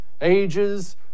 ages